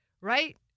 right